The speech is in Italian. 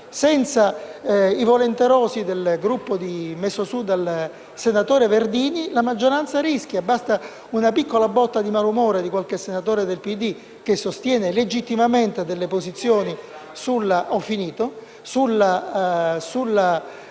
Senza i volenterosi del Gruppo messo su dal senatore Verdini, la maggioranza rischia. Basta una piccola botta di malumore di qualche senatore del PD, che sostiene legittimamente posizioni diverse sulla